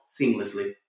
seamlessly